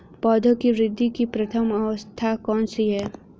पौधों की वृद्धि की प्रथम अवस्था कौन सी है?